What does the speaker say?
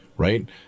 right